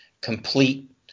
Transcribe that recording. complete